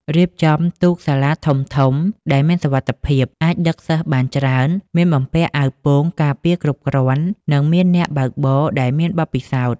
រៀបចំទូកសាលាធំៗដែលមានសុវត្ថិភាព អាចដឹកសិស្សបានច្រើន មានបំពាក់អាវពោងការពារគ្រប់គ្រាន់ និងមានអ្នកបើកបរដែលមានបទពិសោធន៍។